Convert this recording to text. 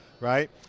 right